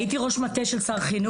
הייתי ראש מטה של שר חינוך,